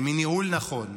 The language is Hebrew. מניהול נכון,